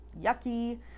yucky